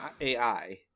AI